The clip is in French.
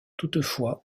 toutefois